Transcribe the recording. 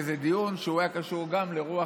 באיזה דיון שהיה קשור גם לרוח